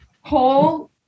whole